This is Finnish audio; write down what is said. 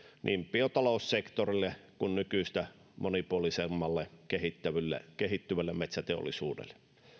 biotaloussektorille kuin nykyistä monipuolisemmalle kehittyvälle kehittyvälle metsäteollisuudelle